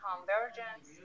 convergence